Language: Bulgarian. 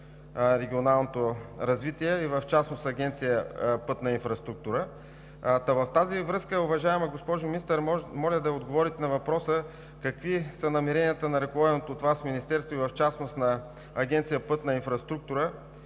благоустройството и в частност Агенция „Пътна инфраструктура“. В тази връзка, уважаема госпожо Министър, моля да отговорите на въпроса: какви са намеренията на ръководеното от Вас Министерство и в частност на Агенция „Пътна инфраструктура“